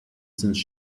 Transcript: since